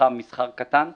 מתחם מסחר קטן,